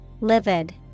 livid